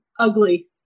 ugly